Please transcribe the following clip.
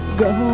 go